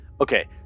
Okay